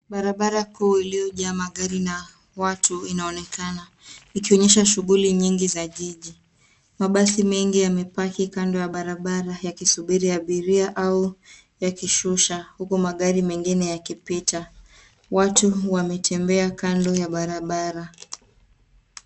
Barabara kuu iliyojaa magari na watu inaonekana, ikionyesha shughuli nyingi za jiji. Mabasi mengi yamepaki kando ya barabara yakisubiri abiria au yakishusha , huku magari mengine yakipita. Watu wametembea kando ya barabara.